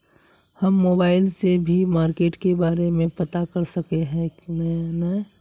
हम मोबाईल से भी मार्केट के बारे में पता कर सके है नय?